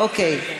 אוקיי.